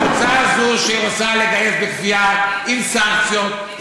בקבוצה הזאת שרוצה לגייס בכפייה עם סנקציות,